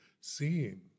seeing